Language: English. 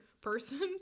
person